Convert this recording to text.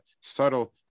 subtle